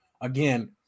again